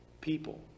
people